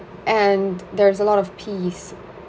and there's a lot of peace